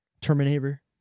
Terminator